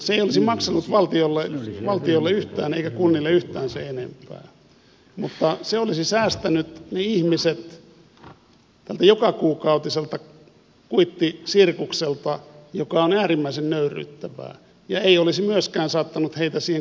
se ei olisi maksanut valtiolle eikä kunnille yhtään sen enempää mutta se olisi säästänyt ne ihmiset tältä jokakuukautiselta kuittisirkukselta joka on äärimmäisen nöyryyttävää ja ei olisi myöskään saattanut heitä siihen kannustinloukkutilanteeseen